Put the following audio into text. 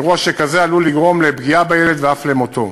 אירוע שכזה עלול לגרום לפגיעה בילד ואף למותו.